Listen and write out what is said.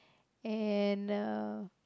and uh